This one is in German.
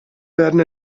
werden